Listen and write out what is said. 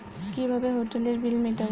কিভাবে হোটেলের বিল মিটাব?